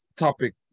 topic